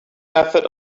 method